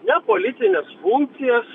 nepolicines funkcijas